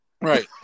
Right